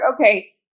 okay